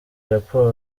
raporo